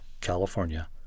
California